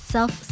Self